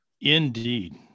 indeed